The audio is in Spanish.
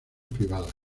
privada